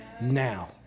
Now